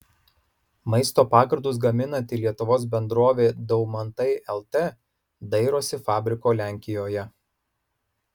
maisto pagardus gaminanti lietuvos bendrovė daumantai lt dairosi fabriko lenkijoje